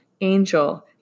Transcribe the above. Angel